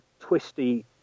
twisty